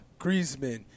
Griezmann